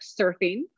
surfing